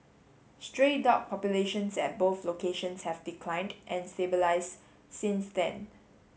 stray dog populations at both locations have declined and stabilised since then